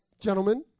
gentlemen